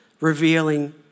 revealing